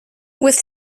with